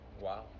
Wow